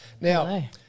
Now